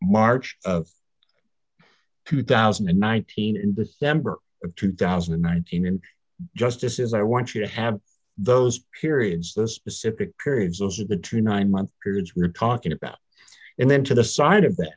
march two thousand and nineteen in the member of two thousand and nineteen and justices i want you to have those periods the specific periods of the true nine month periods we're talking about and then to the side of that